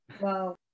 Wow